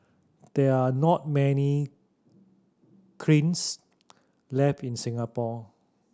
there are not many kilns left in Singapore